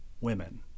women